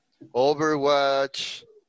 Overwatch